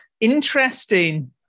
Interesting